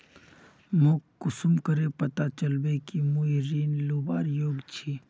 मोक कुंसम करे पता चलबे कि मुई ऋण लुबार योग्य छी?